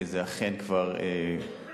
כי זה אכן כבר אושר,